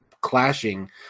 clashing